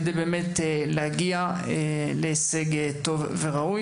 כדי להגיע להישג טוב וראוי.